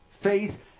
Faith